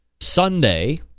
Sunday